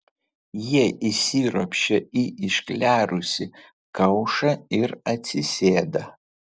jie įsiropščia į išklerusį kaušą ir atsisėda